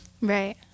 Right